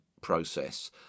process